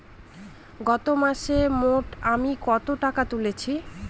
গত মাসে মোট আমি কত টাকা তুলেছি?